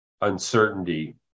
uncertainty